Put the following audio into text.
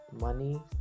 money